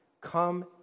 come